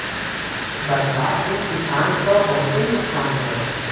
बरसात में किसान क बहुते नुकसान भयल